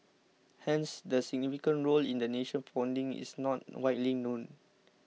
hence their significant role in the nation's founding is not widely known